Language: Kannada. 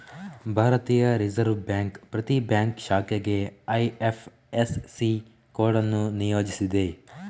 ಭಾರತೀಯ ರಿಸರ್ವ್ ಬ್ಯಾಂಕ್ ಪ್ರತಿ ಬ್ಯಾಂಕ್ ಶಾಖೆಗೆ ಐ.ಎಫ್.ಎಸ್.ಸಿ ಕೋಡ್ ಅನ್ನು ನಿಯೋಜಿಸಿದೆ